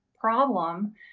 problem